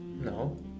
No